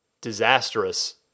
disastrous